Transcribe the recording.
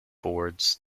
boards